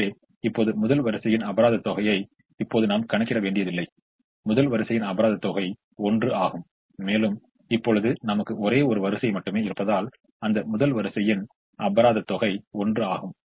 எனவே இப்போது முதல் வரிசையின் அபராத தொகையை இப்போது நாம் கணக்கிட வேண்டியதில்லை முதல் வரிசையின் அபராத தொகை 1 ஆகும் மேலும் இப்பொழுது நமக்கு ஒரே ஒரு வரிசை மட்டும் இருப்பதால் அந்த முதல் வரிசையின் அபராத தொகை 1 ஆகும்